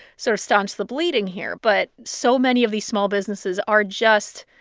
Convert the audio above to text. sort of stanch the bleeding here. but so many of these small businesses are just